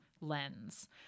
lens